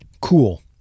Cool